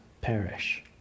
perish